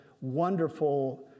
wonderful